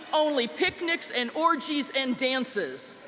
only picnics and orgis and dances